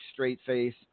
Straightface